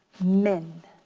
min.